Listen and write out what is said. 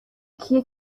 کیه